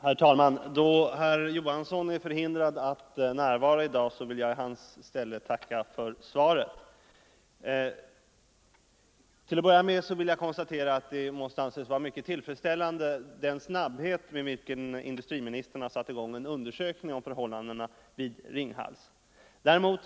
Herr talman! Då herr Olof Johansson i Stockholm är förhindrad att närvara i dag vill jag i hans ställe tacka för svaret. Till att börja med vill jag konstatera att den snabbhet med vilken industriministern har satt i gång en undersökning om förhållandena vid Ringhals måste anses mycket tillfredsställande.